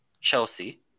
Chelsea